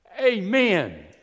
Amen